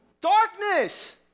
Darkness